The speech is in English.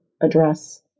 address